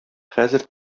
хәзер